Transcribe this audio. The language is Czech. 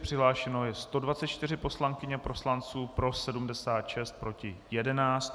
Přihlášeno je 124 poslankyň a poslanců, pro 76, proti 11.